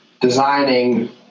designing